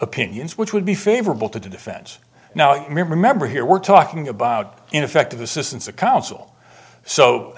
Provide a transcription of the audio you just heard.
opinions which would be favorable to the defense now remember here we're talking about ineffective assistance of counsel so